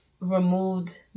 removed